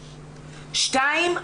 שתיים,